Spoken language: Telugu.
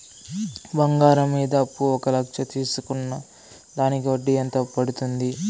బంగారం మీద అప్పు ఒక లక్ష తీసుకున్న దానికి వడ్డీ ఎంత పడ్తుంది?